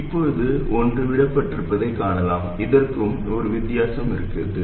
இப்போது ஒன்று விடப்பட்டிருப்பதைக் காணலாம் இதற்கும் இதற்கும் ஒரு வித்தியாசம் இருக்கிறது